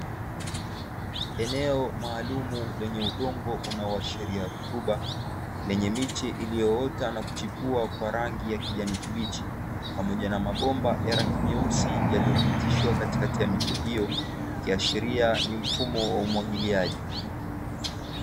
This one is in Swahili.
Eneo maalumu lenye udongo unaoashiria rutuba, lenye miche iliyoota na kuchipua kwa rangi ya kijani kibichi, pamoja na mabomba ya rangi nyeusi yaliyopitishwa katikati ya miche hiyo, ikiashiria ni mfumo wa umwagiliaji.